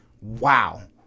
Wow